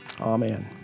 amen